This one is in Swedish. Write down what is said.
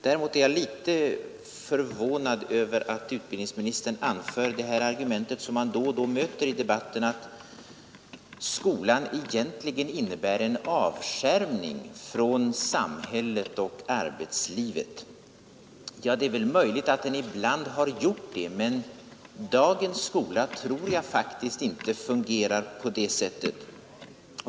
Däremot är jag litet förvånad över att utbildningsministern anför ett argument som man då och då möter i debatten, nämligen att skolan egentligen innebär en avskärmning från samhället och arbetslivet. Ja, det är väl möjligt att den ibland har gjort det, men dagens skola tror jag faktiskt inte fungerar på det sättet.